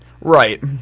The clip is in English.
Right